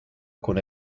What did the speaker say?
con